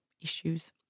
issues